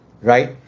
right